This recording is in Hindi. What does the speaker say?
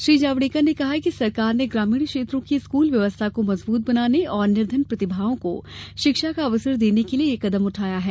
श्री जावेडकर ने कहा कि सरकार ने ग्रामीण क्षेत्रों की स्कूल व्यवस्था को मजबूत बनाने और निर्धन प्रतिभाओं को शिक्षा का अवसर देने के लिए यह कदम उठाया है